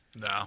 No